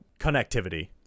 connectivity